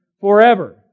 forever